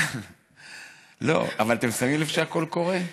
אבל אתם שמים לב שהכול קורה?